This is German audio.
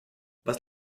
was